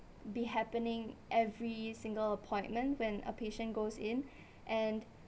be happening every single appointment when a patient goes in and